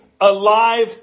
alive